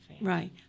Right